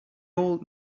old